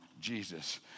Jesus